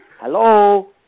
Hello